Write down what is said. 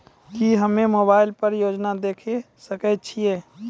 की हम्मे मोबाइल पर योजना देखय सकय छियै?